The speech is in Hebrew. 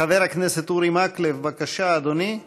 חבר הכנסת אורי מקלב, בבקשה, אדוני.